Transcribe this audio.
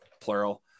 plural